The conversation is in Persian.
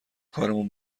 کارمون